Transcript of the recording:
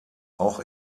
auch